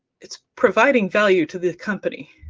it's providing value to the company,